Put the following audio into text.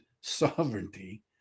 sovereignty